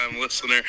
listener